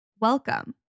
welcome